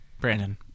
Brandon